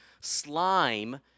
slime